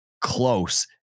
close